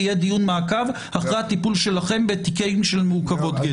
יהיה דיון מעקב אחרי הטיפול שלכם בתיקים של מעוכבות גט.